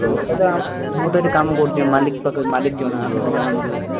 ତେଲଟା ତ ମୁଁ ତ ଏଠି କାମ କରୁଛି ଆମ ମାଲିକ ପାଖେ ଆମ ମାଲିକ ଜଣା ଆମେ ତ ଜାଣିନୁ ଭାଇ